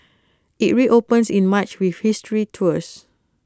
IT reopens in March with history tours